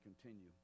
continue